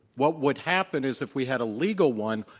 what would happen is, if we had a legal one,